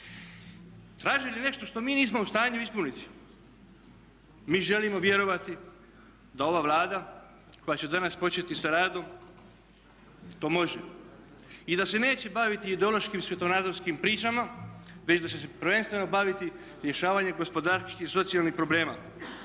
Traže li nešto što mi nismo u stanju ispuniti? Mi želimo vjerovati da ova Vlada koja će danas početi sa radom to može. I da se neće baviti ideološkim svjetonazorskim pričama već da će se prvenstveno baviti rješavanjem gospodarskih i socijalnih problema